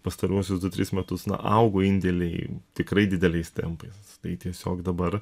pastaruosius du tris metus na augo indėliai tikrai dideliais tempais tai tiesiog dabar